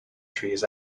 trees